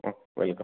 आ welcome